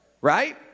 Right